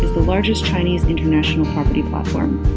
the largest chinese international property platform